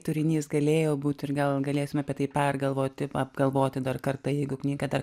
turinys galėjo būti ir gal galėsime apie tai pergalvoti apgalvoti dar kartą jeigu knyga dar